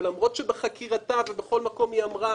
ולמרות שבחקירתה ובכל מקום היא אמרה: